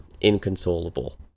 inconsolable